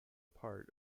part